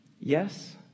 yes